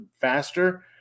faster